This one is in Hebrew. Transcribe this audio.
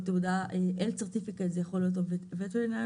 או תעודה HEALTH CERTIFICATE או VETERINARY